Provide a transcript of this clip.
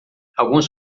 alguns